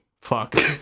fuck